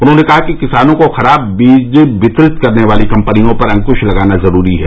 उन्होंने कहा कि किसानों को खराब बीज वितरित करने वाली कम्पनियों पर अंक्श लगाना जरूरी है